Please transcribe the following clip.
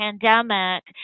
pandemic